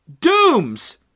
Dooms